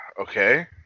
okay